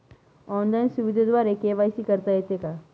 Online सुविधेद्वारे KYC करता येते का?